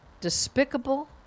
despicable